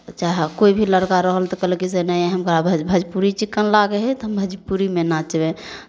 चाहे कोइ भी लड़का रहल तऽ कहलकै से नहि हमरा भोजपुरी चिक्कन लागै हइ तऽ हम भोजपुरीमे नाचबै